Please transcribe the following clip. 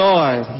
Lord